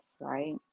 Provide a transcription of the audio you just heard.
right